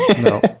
No